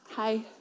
Hi